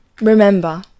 Remember